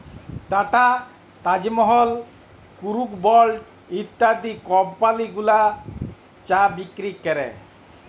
tata, Taj Mahal, Brooke Bond ইত্যাদি company গুলান চা বিক্রি ক্যরে